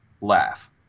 laugh